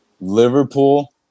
Liverpool